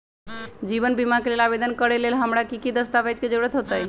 जीवन बीमा के लेल आवेदन करे लेल हमरा की की दस्तावेज के जरूरत होतई?